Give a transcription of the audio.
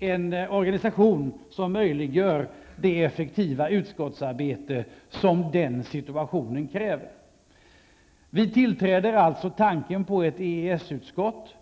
en organisation som möjliggör det effektiva utskottsarbete som denna situation kräver. Vi biträder alltså tanken på ett EES-utskott.